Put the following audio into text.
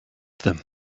them